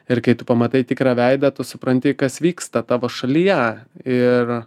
ir kai tu pamatai tikrą veidą tu supranti kas vyksta tavo šalyje ir